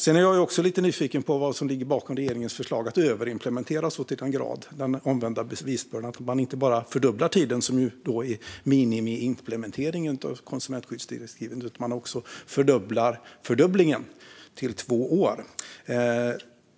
Sedan är jag också lite nyfiken på vad som ligger bakom regeringens förslag att överimplementera så till den grad med den omvända bevisbördan att man inte bara fördubblar tiden som är minimiimplementeringen av konsumentskyddsdirektivet utan också fördubblar fördubblingen till två år.